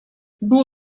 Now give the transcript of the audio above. było